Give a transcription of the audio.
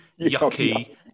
yucky